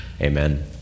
Amen